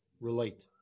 relate